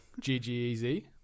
ggez